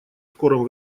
скором